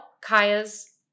Kaya's